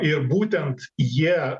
ir būtent jie